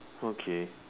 okay